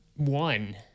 One